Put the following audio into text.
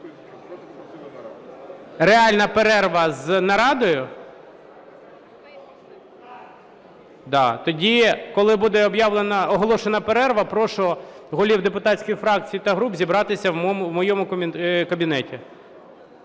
Реальна перерва з нарадою? Тоді, коли буде оголошена перерва, прошу голів депутатських фракцій та груп зібратися в моєму кабінеті.